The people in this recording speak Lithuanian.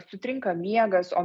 sutrinka miegas o